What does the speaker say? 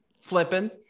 Flipping